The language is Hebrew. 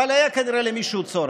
אבל כנראה היה למישהו צורך.